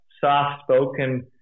soft-spoken